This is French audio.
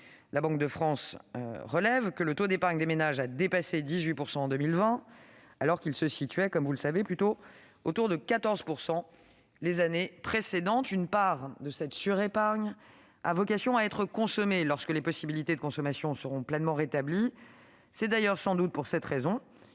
La Banque de France relève que le taux d'épargne des ménages a dépassé 18 % en 2020, alors qu'il se situait plutôt autour de 14 % les années précédentes. Une part de cette surépargne a vocation à être dépensée lorsque les possibilités de consommation seront pleinement rétablies. C'est d'ailleurs sans doute pour cette raison